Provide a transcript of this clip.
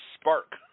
spark